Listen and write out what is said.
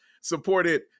supported